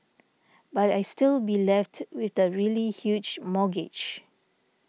but I still be left with a really huge mortgage